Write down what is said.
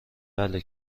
بله